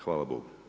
Hvala Bogu.